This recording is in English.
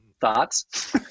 thoughts